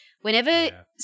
Whenever